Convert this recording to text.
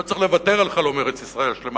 לא צריך לוותר על חלום ארץ-ישראל השלמה